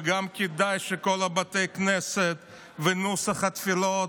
וגם כדאי שבכל בתי הכנסת ונוסחי התפילות,